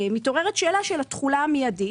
מתעוררת שאלה של התחולה המיידית